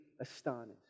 astonished